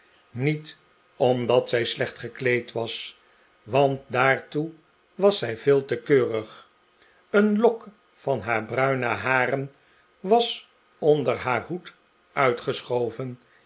niet omdat zij slecht gekleed was want daartoe was zij veel te keurig een lok van haar bruine haren was onder haar hoed uitgeschoven